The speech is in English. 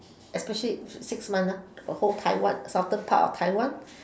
especially six months ah the whole taiwan southern part of taiwan